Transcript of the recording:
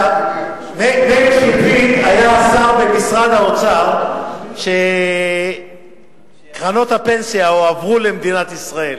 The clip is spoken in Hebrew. מאיר שטרית היה שר במשרד האוצר כשקרנות הפנסיה הועברו למדינת ישראל.